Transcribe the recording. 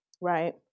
right